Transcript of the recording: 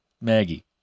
Maggie